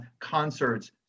concerts